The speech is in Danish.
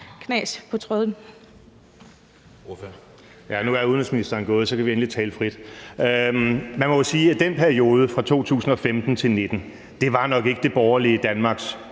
den periode fra 2015 til 2019 nok ikke var det borgerlige Danmarks